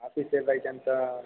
office ಎಲ್ಲಿ ಐತೆಂತಾ